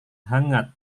hangat